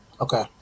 Okay